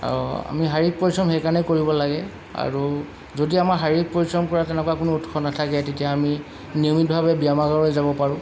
আৰু আমি শাৰীৰিক পৰিশ্ৰম সেইকাৰণেই কৰিব লাগে আৰু যদি আমাৰ শাৰীৰিক পৰিশ্ৰম কৰা তেনেকুৱা কোনো উৎস নাথাকে তেতিয়া আমি নিয়মিতভাৱে ব্যায়ামাগাৰলৈ যাব পাৰোঁ